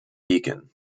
beacon